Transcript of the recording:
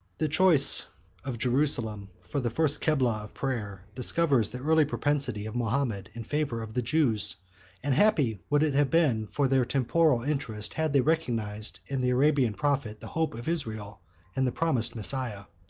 the choice of jerusalem for the first kebla of prayer discovers the early propensity of mahomet in favor of the jews and happy would it have been for their temporal interest, had they recognized, in the arabian prophet, the hope of israel and the promised messiah.